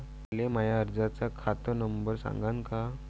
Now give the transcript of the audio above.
मले माया कर्जाचा खात नंबर सांगान का?